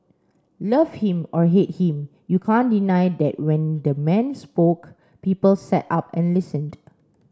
love him or hate him you can't deny that when the man spoke people sat up and listened